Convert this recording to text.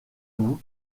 bout